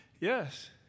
Yes